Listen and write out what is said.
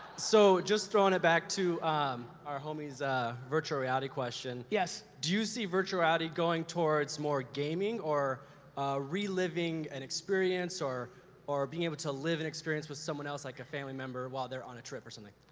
so, just throwin' it back to our homie's virtual reality question. yes. do you see virtual reality going towards more gaming or reliving an experience or or being able to live an experience with someone else, like a family member, while they're on a trip or something?